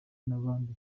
n’ahandi